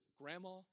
grandma